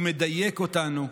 הוא מדייק אותנו.